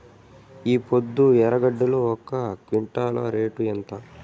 ఈపొద్దు ఎర్రగడ్డలు ఒక క్వింటాలు రేటు ఎంత?